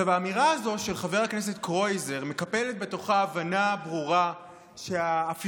האמירה הזאת של חבר הכנסת קרויזר מקפלת בתוכה הבנה ברורה שההפיכה